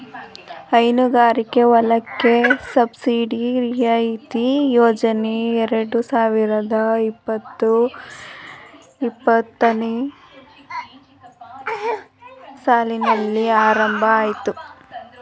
ಹೈನುಗಾರಿಕೆ ಹೊಲಕ್ಕೆ ಸಬ್ಸಿಡಿ ರಿಯಾಯಿತಿ ಯೋಜನೆ ಎರಡು ಸಾವಿರದ ಇಪ್ಪತು ಇಪ್ಪತ್ತೊಂದನೇ ಸಾಲಿನಲ್ಲಿ ಆರಂಭ ಅಯ್ತು